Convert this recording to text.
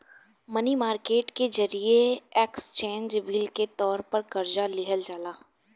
मनी market के जरिए exchange bill के तौर पर कर्जा लिहल जाला